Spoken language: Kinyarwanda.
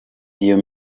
iyo